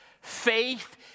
Faith